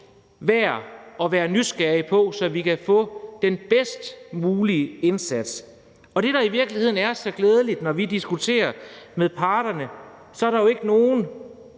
værd at være nysgerrige på, så vi kan få den bedst mulige indsats. Det, der i virkeligheden er så glædeligt, når vi diskuterer med parterne, er, at der ikke er